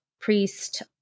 priest